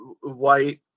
white